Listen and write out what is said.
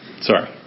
Sorry